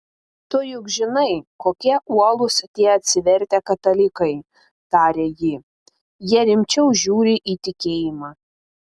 tu juk žinai kokie uolūs tie atsivertę katalikai tarė ji jie rimčiau žiūri į tikėjimą